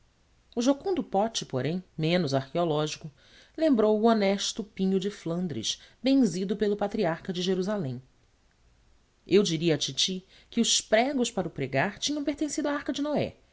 o jucundo pote porém menos arqueológico lembrou o honesto pinho de flandres benzido pelo patriarca de jerusalém eu diria à titi que os pregos para o pregar tinham pertencido à arca de noé